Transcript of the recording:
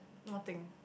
what thing